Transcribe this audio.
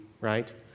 right